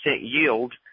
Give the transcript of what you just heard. yield